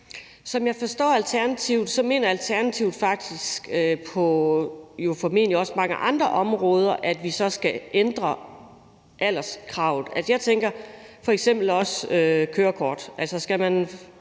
Som jeg forstår Alternativet, mener Alternativet faktisk, at vi på jo formentlig også mange andre områder så skal ændre alderskravet. Jeg tænker f.eks. også på kørekort.